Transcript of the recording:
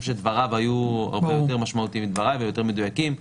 שדבריו היו הרבה יותר משמעותיים מדבריי ויותר מדויקים.